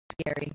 scary